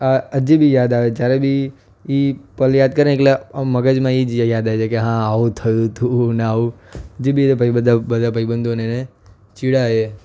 આ હજી બી યાદ આવે જ્યારે બી એ પલ યાદ કરે એટલે આમ મગજમાં એ જગ્યા યાદ આવી જાય કે હા આવું થયું હતું ને આવું જે બી એ ભાઈ બધા બધા ભાઈબંધોને એને ચીડાવીએ